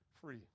free